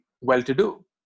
well-to-do